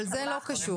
אבל זה לא קשור.